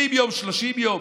20 יום, 30 יום.